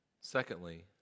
secondly